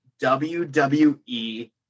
WWE